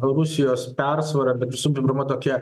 rusijos persvara bet visų pirma tokia